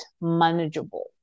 manageable